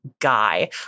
guy